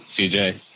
CJ